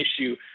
issue